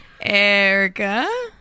Erica